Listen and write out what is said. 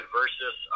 versus